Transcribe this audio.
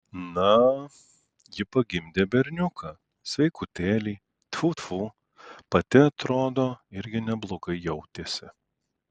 na ji pagimdė berniuką sveikutėlį tfu tfu pati atrodo irgi neblogai jautėsi